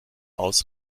aus